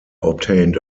obtained